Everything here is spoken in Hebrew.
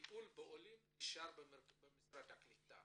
הטיפול בעולים הוא במשרד הקליטה